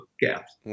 gaps